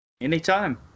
Anytime